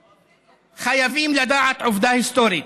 חייבים לדעת עובדה היסטורית: